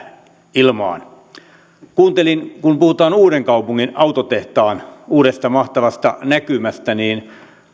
ilmaan kun puhutaan uudenkaupungin autotehtaan uudesta mahtavasta näkymästä niin